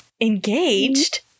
engaged